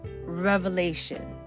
revelation